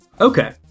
Okay